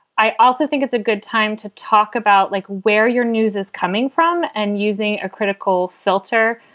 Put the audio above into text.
i also think it's a good time to talk about like where your news is coming from and using a critical filter,